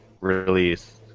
release